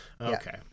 okay